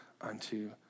unto